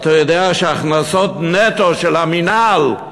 אתה יודע שההכנסות נטו של המינהל,